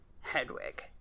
hedwig